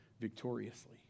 victoriously